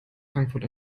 frankfurt